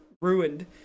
ruined